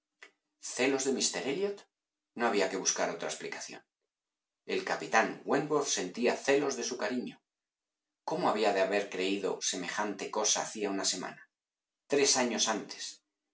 celos de míster elliot no había que buscar otra explicación el capitán wentworth sentía celos de su cariño cómo había de haber creído semejante cosa hacía una semana tres años antes